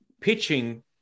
pitching